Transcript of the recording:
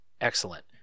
excellent